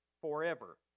forever